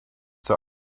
the